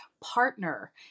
partner